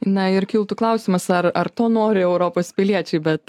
na ir kiltų klausimas ar ar to nori europos piliečiai bet